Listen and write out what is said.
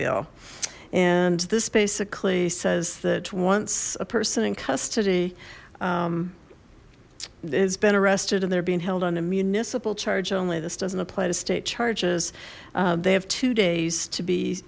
label and this basically says that once a person in custody has been arrested and they're being held on a municipal charge only this doesn't apply to state charges they have two days to be